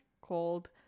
called